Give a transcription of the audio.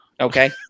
Okay